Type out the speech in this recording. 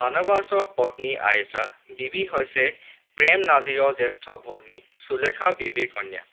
শ্বাহনৱাজৰ পত্নী আয়েষা বীবী হৈছে প্ৰেম নাজিৰৰ জ্যেষ্ঠ ভগ্নী সুলেখা বীবীৰ কন্যা